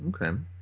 okay